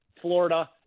Florida